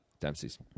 Dempsey's